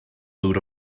food